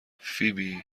فیبی